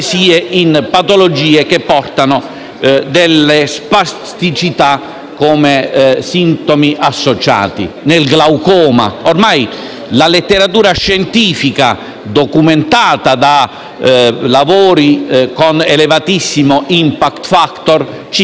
spasticità come sintomi associati. Penso, ancora, al glaucoma. Ormai la letteratura scientifica, documentata da lavori con elevatissimo *impact factor*, ci confermano che la *cannabis*